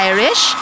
Irish